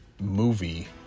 movie